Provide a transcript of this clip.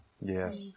Yes